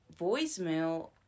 voicemail